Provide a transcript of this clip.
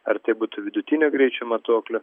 ar tai būtų vidutinio greičio matuoklių